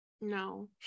No